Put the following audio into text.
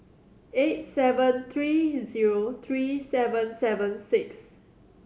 eight seven three zero three seven seven six